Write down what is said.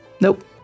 Nope